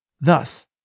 Thus